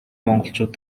монголчууд